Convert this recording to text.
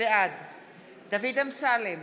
בעד דוד אמסלם,